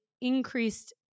increased